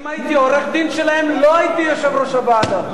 אם הייתי עורך-דין שלהם לא הייתי יושב-ראש הוועדה.